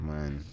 Man